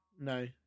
No